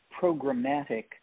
programmatic